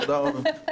תודה רבה.